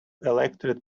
elected